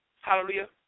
hallelujah